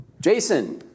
Jason